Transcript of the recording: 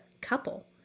couple